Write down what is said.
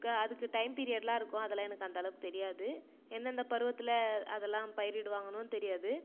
அதுக்கு டைம் பீரியட்லாம் இருக்கும் அதெல்லாம் எனக்கு அந்தளவுக்கு தெரியாது எந்தெந்த பருவத்தில் அதெல்லாம் பயிரிடுவாங்கனு தெரியாது